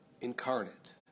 incarnate